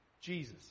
Jesus